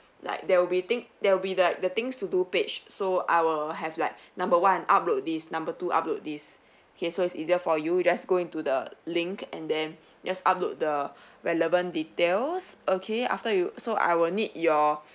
like there will be thing there will be like the things to do page so I will have like number one upload this number two upload this K so it's easier for you just go into the link and then just upload the relevant details okay after you so I would need your